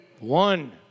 One